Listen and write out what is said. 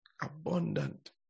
Abundant